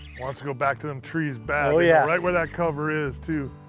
to go back to them trees bad, yeah right where that cover is, too.